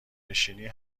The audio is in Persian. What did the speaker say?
نشینی